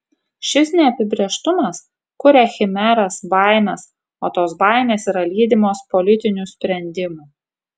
šis neapibrėžtumas kuria chimeras baimes o tos baimės yra lydimos politinių sprendimų